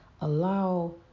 allow